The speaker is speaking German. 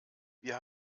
wir